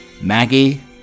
maggie